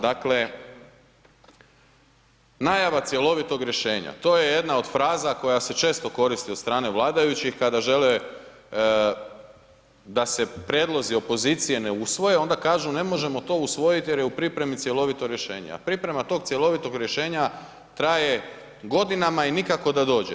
Dakle, najava cjelovitog rješenja, to je jedna od fraza koja se često koristi od strane vladajućih kada žele da se prijedlozi opozicije ne usvoje, onda kažu ne možemo to usvojiti jer je u pripremi cjelovito rješenje, a priprema tog cjelovitog rješenja traje godinama i nikako da dođe.